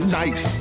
nice